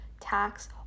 tax